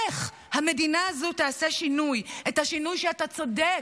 איך המדינה הזו תעשה שינוי, את השינוי, אתה צודק,